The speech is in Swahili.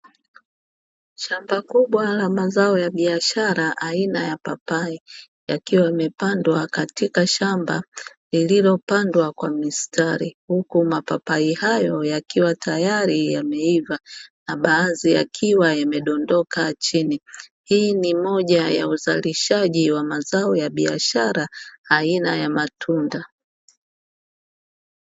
Shamba kubwa la mazao ya biashara aina ya papai; yakiwa yamepandwa katika shamba lililopandwa kwa mistari, huku mapapai hayo yakiwa tayari yameiva na baadhi yakiwa yamedondoka chini. Hii ni moja ya uzalishaji wa mazao ya biashara aina ya matunda.